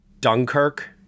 Dunkirk